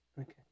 Okay